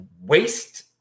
waste